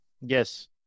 Yes